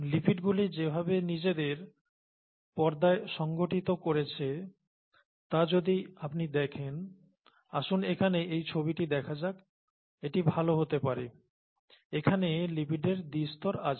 লিপিডগুলি যেভাবে নিজেদের পর্দায় সংগঠিত করেছে তা যদি আপনি দেখেন আসুন এখানে এই ছবিটি দেখা যাক এটি ভালো হতে পারে এখানে লিপিডের দ্বিস্তর আছে